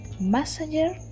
messenger